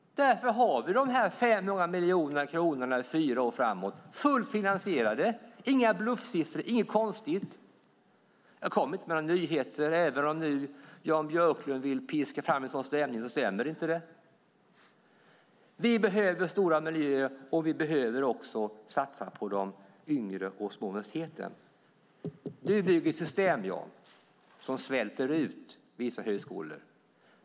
Därför har vi några miljoner kronor under fyra år framåt - det här är fullt ut finansierat; det är inga bluffsiffror och inget konstigt med detta. Jag kom inte med några nyheter. Om Jan Björklund nu vill piska fram en sådan stämning kan jag säga att det inte stämmer. Vi behöver stora miljöer, men vi behöver också satsa på de yngre och små universiteten. Jan, du bygger system som svälter ut vissa högskolor.